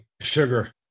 Sugar